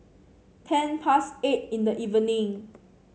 ten past eight in the evening